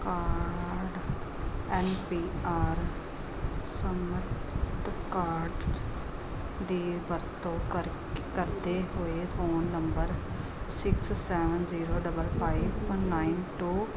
card M P R ਸੰਮਤ card ਦੀ ਵਰਤੋਂ ਕਰਕੇ ਕਰਦੇ ਹੋ phone number six seven zero double five nine to